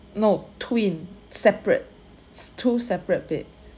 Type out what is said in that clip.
no twin separate s~ two separate beds